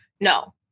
No